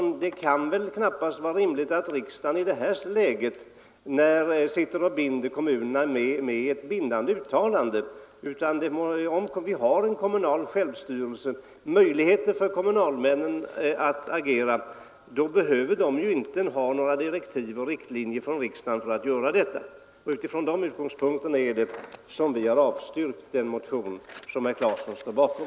Men det kan väl knappast vara rimligt att riksdagen i detta läge binder kommunerna med ett uttalande. Vi har ju kommunal självstyrelse med möjligheter för kommunalmännen att agera, och då behöver de inte några direktiv eller riktlinjer från riksdagen för sitt handlande. Från de utgångspunkterna har vi avstyrkt den motion som herr Claeson står bakom.